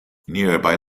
nearby